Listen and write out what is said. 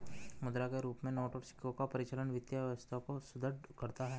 मुद्रा के रूप में नोट और सिक्कों का परिचालन वित्तीय व्यवस्था को सुदृढ़ करता है